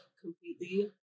completely